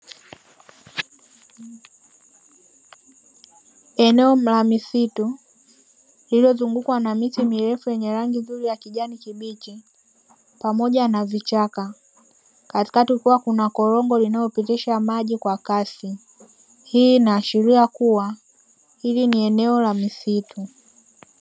Eneo la misitu lililozungukwa na miti mirefu yenye rangi nzuri ya kijani kibichi pamoja na vichaka. Katikati kukiwa kuna korongo linalopitisha maji kwa kasi. Hii inaashiria kuwa hili ni eneo la misitu.